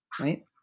Right